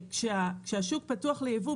כשהשוק פתוח לייבוא,